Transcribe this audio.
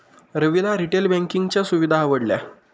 रविला रिटेल बँकिंगच्या सुविधा आवडल्या